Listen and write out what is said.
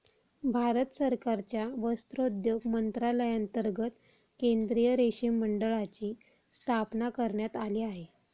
भारत सरकारच्या वस्त्रोद्योग मंत्रालयांतर्गत केंद्रीय रेशीम मंडळाची स्थापना करण्यात आली आहे